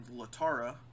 Latara